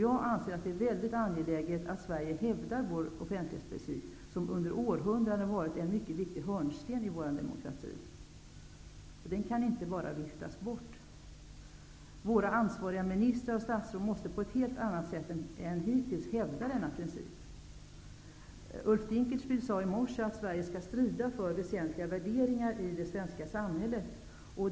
Jag anser att det är angeläget att Sverige hävdar sin offentlighetsprincip, som under århundraden varit en mycket viktigt hörnsten i vår demokrati. Den kan inte bara viftas bort. Våra ansvariga ministrar och statsråd måste på ett helt annat sätt än hittills hävda denna princip. Ulf Dinkelspiel sade i morse att Sverige skall strida för väsentliga värderingar i det svenska samhället.